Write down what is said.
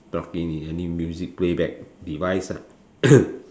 plug in any music playback device ah